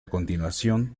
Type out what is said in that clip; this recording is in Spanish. continuación